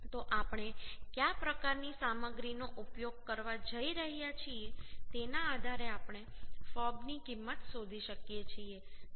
તો આપણે કયા પ્રકારની સામગ્રીનો ઉપયોગ કરવા જઈ રહ્યા છીએ તેના આધારે આપણે fub ની કિંમત શોધી શકીએ છીએ